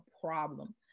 problem